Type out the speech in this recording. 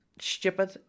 stupid